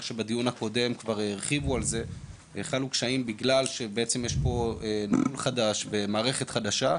חלו קשיים כי יש פה ניהול חדש ומערכת חדשה.